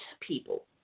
people